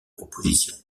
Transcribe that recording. propositions